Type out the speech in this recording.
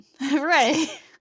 Right